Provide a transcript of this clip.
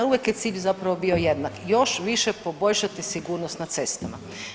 Uvijek je cilj zapravo bio jednak još više poboljšati sigurnost na cestama.